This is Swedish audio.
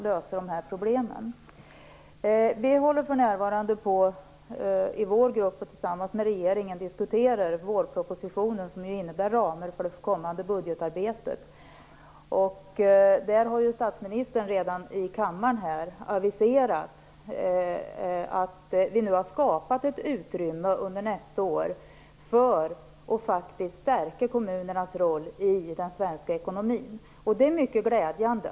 Vi i vår grupp håller för närvarande på att tillsammans med regeringen diskutera vårpropositionen som ju innebär ramar för det kommande budgetarbetet. Statsministern har redan i kammaren aviserat att det har skapats ett utrymme under nästa år för att stärka kommunernas roll i den svenska ekonomin, och det är mycket glädjande.